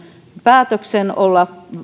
päätöksen olla